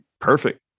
Perfect